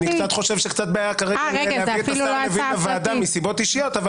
אני חושב שזאת בעיה להביא עכשיו אתה שר לוין לוועדה מסיבות אישיות.